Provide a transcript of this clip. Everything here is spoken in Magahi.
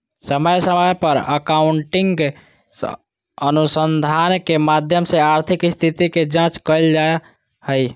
समय समय पर अकाउन्टिंग अनुसंधान के माध्यम से आर्थिक स्थिति के जांच कईल जा हइ